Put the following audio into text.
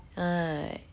alright